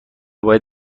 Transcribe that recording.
باید